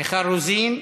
מיכל רוזין,